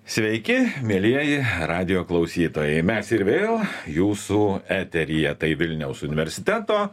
sveiki mielieji radijo klausytojai mes ir vėl jūsų eteryje tai vilniaus universiteto